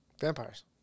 Vampires